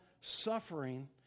suffering